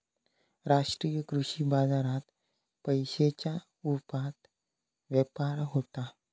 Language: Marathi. राष्ट्रीय कृषी बाजारात पैशांच्या रुपात व्यापार होता